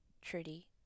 Trudy